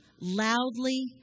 loudly